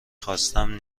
خواستم